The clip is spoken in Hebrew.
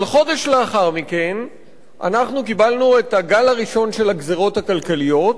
אבל חודש לאחר מכן אנחנו קיבלנו את הגל הראשון של הגזירות הכלכליות,